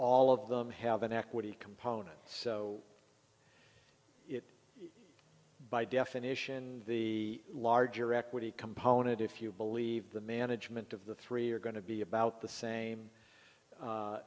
all of them have an equity components so it by definition the larger equity component if you believe the management of the three are going to be about the same